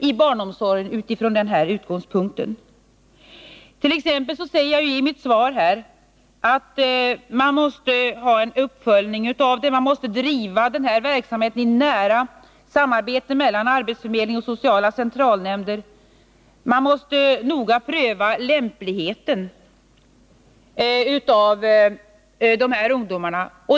I svaret säger jag t.ex. att man måste driva verksamheten i nära samarbete med arbetsförmedling och sociala centralnämnder. Vidare måste man pröva lämpligheten när det gäller de här ungdomarna.